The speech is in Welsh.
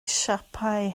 siapau